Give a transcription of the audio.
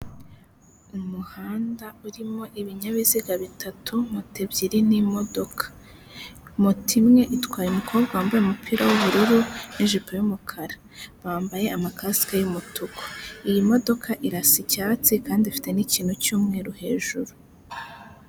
Umuhanda urimo ibinyabiziga bitatu moto ebyiri n'imodoka, moto imwe itwaye umukobwa wambaye umupira w'ubururu n'jipo y'umukara bambaye amakasike y'umutuku, iyi modoka irasa icyatsi kandi ifite n'ikintu cy'umweru hejuru.